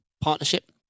partnership